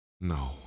No